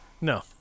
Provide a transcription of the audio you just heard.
No